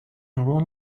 wrong